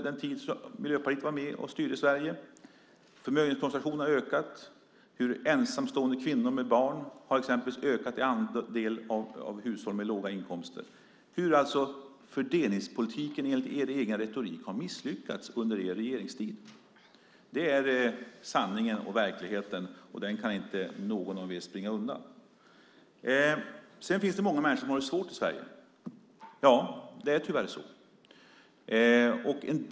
Mycket av detta finns redovisat i regeringens budgetproposition, i en av finansplanens bilagor. Där finns de fördelningspolitiska analyserna. Man kan alltså se hur fördelningspolitiken, enligt er egen retorik, misslyckats under er regeringstid. Det är sanningen och verkligheten, och den kan inte någon av er springa undan. Det finns många människor som har det svårt i Sverige. Ja, tyvärr är det så.